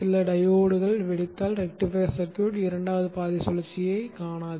சில டையோடுகள் வெடித்தால் ரெக்டிஃபையர் சர்க்யூட் இரண்டாவது பாதி சுழற்சியைக் காணாது